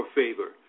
favor